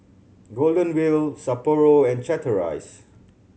Golden Wheel Sapporo and Chateraise